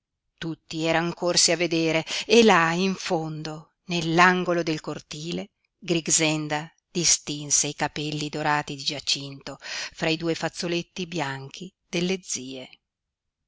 tutti eran corsi a vedere e là in fondo nell'angolo del cortile grixenda distinse i capelli dorati di giacinto fra i due fazzoletti bianchi delle zie